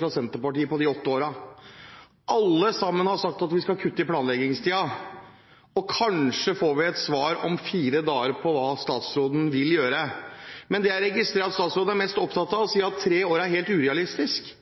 fra Senterpartiet i de åtte årene. Alle har sagt at vi skal kutte i planleggingstiden. Kanskje får vi om fire dager et svar på hva statsråden vil gjøre. Jeg registrerer at statsråden er mest opptatt av å si at tre år er helt urealistisk,